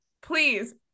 please